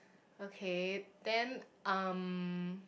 okay then um